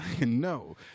No